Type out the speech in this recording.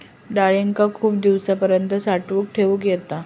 डाळींका खूप दिवसांपर्यंत साठवून ठेवक येता